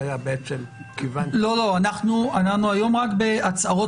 אנחנו היום רק בהצהרות